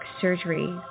surgery